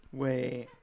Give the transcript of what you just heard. wait